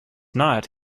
not